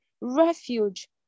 refuge